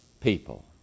people